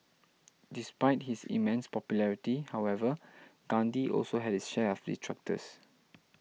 despite his immense popularity however Gandhi also had his share of detractors